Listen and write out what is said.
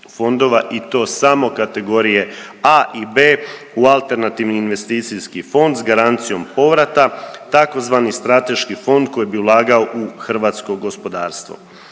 i to samo kategorije A i B u alternativni investicijski fond s garancijom povrata, tzv. strateški fond koji bi ulagao u hrvatsko gospodarstvo.